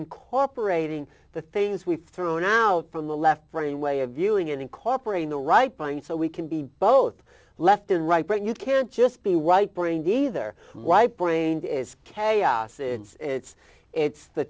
incorporated in the things we've thrown out from the left brain way of viewing incorporating the right guy and so we can be both left and right but you can't just be white brained either why point is chaos in it's it's the